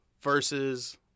versus